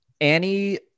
Annie